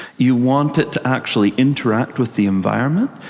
you want it to actually interact with the environment.